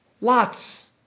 Lots